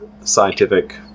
scientific